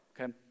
okay